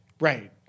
Right